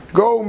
go